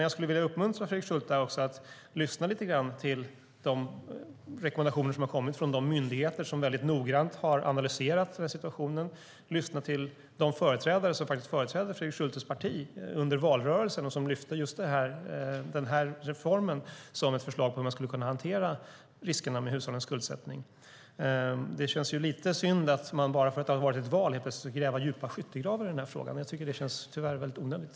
Jag skulle vilja uppmana Fredrik Schulte att lyssna lite grann till de rekommendationer som kommit från de myndigheter som väldigt noggrant har analyserat situationen och lyssna till de företrädare som företrädde Fredrik Schultes parti under valrörelsen och lyfte just den här reformen som ett förslag på hur man skulle kunna hantera riskerna med hushållens skuldsättning. Det känns lite synd att man bara för att det har varit ett val helt plötsligt ska gräva djupa skyttegravar i den här frågan. Det känns väldigt onödigt.